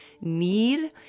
need